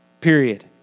period